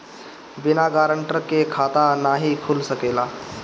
बिना गारंटर के खाता नाहीं खुल सकेला?